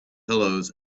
pillows